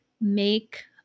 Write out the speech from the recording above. make